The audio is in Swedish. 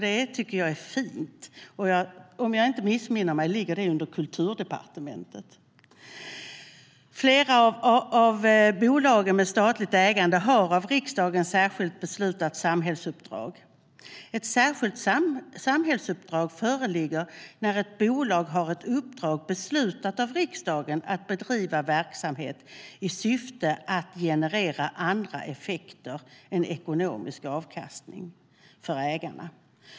Det tycker jag är fint. Om jag inte missminner mig ligger det under Kulturdepartementet.Flera av bolagen med statligt ägande har ett av riksdagen särskilt beslutat samhällsuppdrag. Ett särskilt samhällsuppdrag föreligger när ett bolag har ett uppdrag beslutat av riksdagen att bedriva verksamhet i syfte att generera andra effekter än ekonomisk avkastning för ägarna.